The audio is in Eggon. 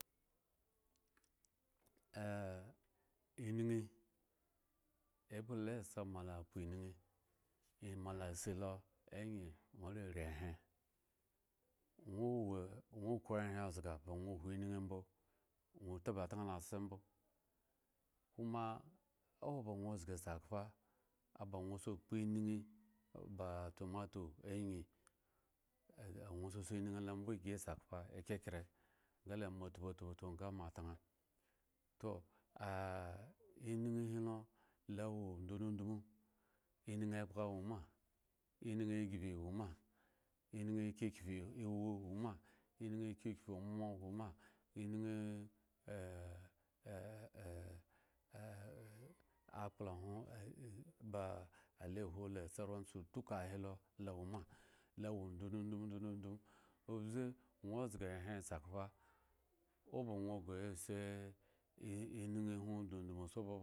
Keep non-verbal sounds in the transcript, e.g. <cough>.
<hesitation> enyinyi ekpla la sa mola kpo enyinyi mola si lo angyi mola rii ehen ŋwo hwa ŋwo khro ehen zga ba ŋwo hwenyinyi mbo ŋwo taba tŋalo ase mbo koma owo ba ŋwo ozga sakhpa aba ŋwo sa kpo enyinyi ba tumatu angyi aŋwo sa si enyinyi lo mbo ugi esakhpa ekyekre mo tputpu nga mo atŋa toh <hesitation> enyinyi he lo, lo awo ndundundmu enyinyi ekpakha woma, enyinyi ugbi woma, enyinyi kyikyipi awu woma, enyinyi kyikyip amhmo woma enyinyi <hesitation> eh akpla hwon <hesitation> ba alehu ta so ra su duka ahi lo, lo woma lawo ndundundmu obze ŋwo zga ehren sakhpa oba ŋwo ghre se eh enyinyi hwo enyinyi hwo ndundundmu sob.